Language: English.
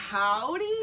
Howdy